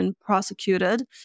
prosecuted